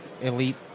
Elite